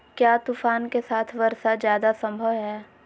क्या तूफ़ान के साथ वर्षा जायदा संभव है?